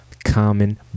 Common